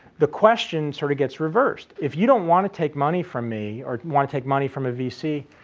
the question sort of gets reversed. if you don't want to take money from me or want to take money from a vc,